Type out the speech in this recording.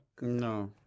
No